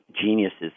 geniuses